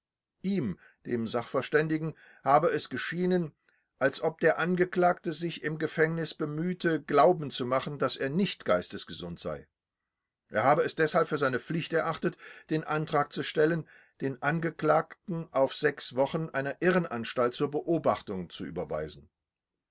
ihm sachverständigen habe es geschienen als ob der angeklagte sich im gefängnis bemühte glauben zu machen daß er nicht geistesgesund sei er habe es deshalb für seine pflicht erachtet den antrag zu stellen den angeklagten auf sechs wochen einer irrenanstalt zur beobachtung zu überweisen